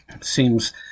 Seems